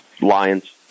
Lions